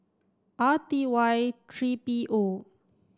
R T Y three P O